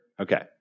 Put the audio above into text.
Okay